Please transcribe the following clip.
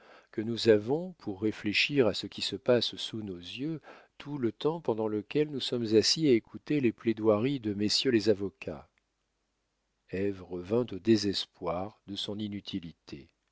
que nous avons pour réfléchir à ce qui se passe sous nos yeux tout le temps pendant lequel nous sommes assis à écouter les plaidoieries de messieurs les avocats ève revint au désespoir de son inutilité